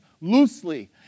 loosely